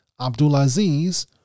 Abdulaziz